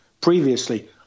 previously